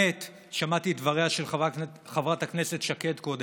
שמעתי את דבריה של חברת הכנסת שקד קודם.